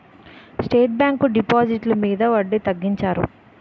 state bank డిపాజిట్లు మీద వడ్డీ తగ్గించారు